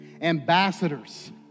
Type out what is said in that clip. Ambassadors